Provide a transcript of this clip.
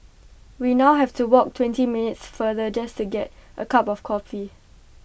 we now have to walk twenty minutes farther just to get A cup of coffee